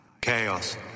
Chaos